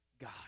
God